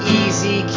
easy